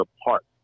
apart